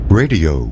radio